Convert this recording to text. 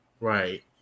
Right